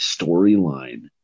storyline